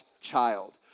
child